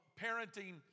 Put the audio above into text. parenting